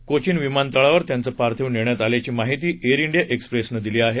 कोचिन विमानतळावर त्यांचं पार्थिव नेण्यात आल्याची माहिती एअर डिया एक्स्प्रेसनं दिली आहे